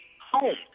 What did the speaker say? home